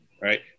right